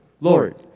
Lord